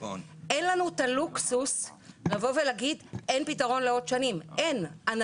אין לנו את הלוקסוס לבוא ולהגיד: אין פתרון לעוד שנים.